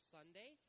Sunday